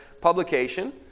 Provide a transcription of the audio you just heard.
publication